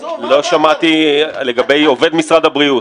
לא שמעתי לגבי עובד משרד הבריאות.